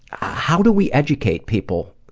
how do we educate people